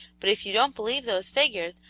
but if you don't believe those figures,